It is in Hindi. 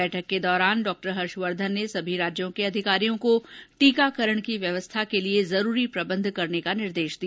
बैठक के दौरान डॉ हर्षवर्धन ने सभी राज्यों के अधिकारियों को टीकाकरण की व्यवस्था के लिए जरूरी प्रबंध करने का निर्देश दिया